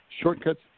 shortcuts